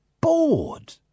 bored